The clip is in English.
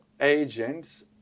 agents